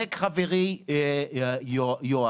צודק חברי יואב,